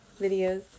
videos